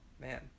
Man